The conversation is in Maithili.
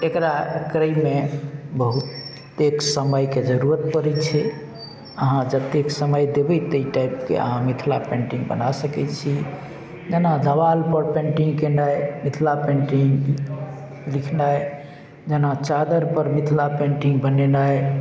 एकरामे बहुतेक समयके जरूरत पड़ै छै अहाँ जतेक समय देबै ताहि टाइपके अहाँ मिथिला पेन्टिंग बना सकैत छी जेना दवाल पर पेन्टिंग केनाइ मिथिला पेन्टिंग लिखनाइ जेना चादर पर मिथिला पेन्टिंग बनेनाइ